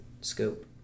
scope